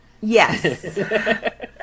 yes